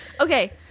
Okay